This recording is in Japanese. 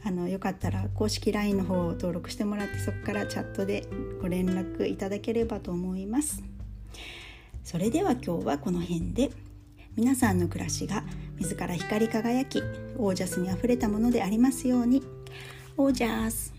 あの、よかったら公式LINEの方を登録してもらって、そこからチャットでご連絡いただければと思います。それでは今日はこの辺で。皆さんの暮らしが自ら光り輝き、オージャスにあふれたものでありますように。オージャス。